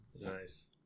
Nice